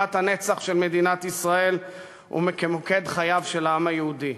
כבירת הנצח של מדינת ישראל וכמוקד חייו של העם היהודי.